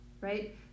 right